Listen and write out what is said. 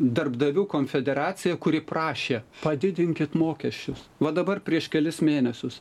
darbdavių konfederaciją kuri prašė padidinkit mokesčius va dabar prieš kelis mėnesius